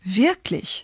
wirklich